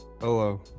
hello